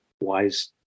wise